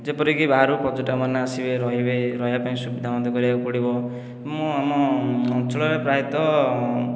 ଯେପରିକି ବାହାରୁ ପର୍ଯ୍ୟଟକମାନେ ଆସିବେ ରହିବେ ରହିବା ପାଇଁ ସୁବିଧା ମଧ୍ୟ କରିବାକୁ ପଡ଼ିବ ମୁଁ ଆମ ଅଞ୍ଚଳରେ ପ୍ରାୟତଃ